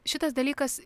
šitas dalykas